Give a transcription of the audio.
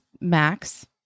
max